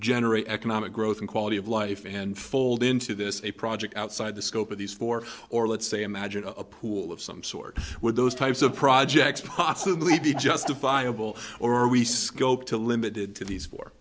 generate economic growth and quality of life and fold into this a project outside the scope of these four or let's say imagine a pool of some sort where those types of projects possibly be justifiable or are we scope to limited to these for